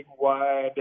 wide